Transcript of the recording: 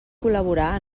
col·laborar